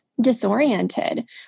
disoriented